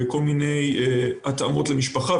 וכל מיני התאמות למשפחה.